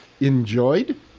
enjoyed